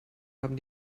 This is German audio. haben